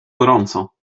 gorąco